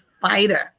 fighter